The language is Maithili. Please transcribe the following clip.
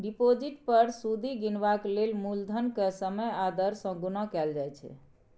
डिपोजिट पर सुदि गिनबाक लेल मुलधन केँ समय आ दर सँ गुणा कएल जाइ छै